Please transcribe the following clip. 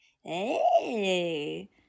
hey